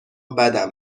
بدم